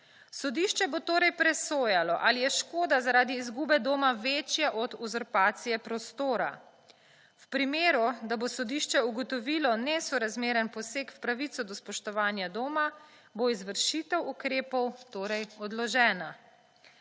Sodišče bo torej presojalo ali je škoda zaradi izgube doma večja od uzurpacije prostora. V primeru, da bo sodišče ugovotilo nesorazmeren poseg v pravico do spoštovanja doma bo izvršitev ukrepov torej odložena.